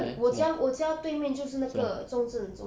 then 什么什么